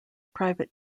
private